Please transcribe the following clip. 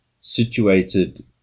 situated